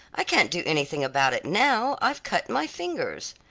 i can't do anything about it now i've cut my fingers,